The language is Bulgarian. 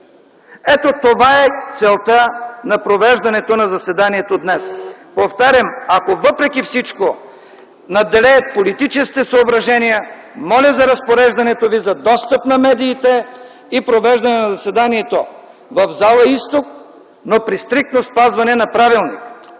Ето това е целта на провеждането на заседанието днес. Повтарям, ако въпреки всичко надделеят политическите съображения, моля за разпореждането Ви за достъп на медиите и провеждане на заседанието в зала „Изток”, но при стриктно спазване на правилника.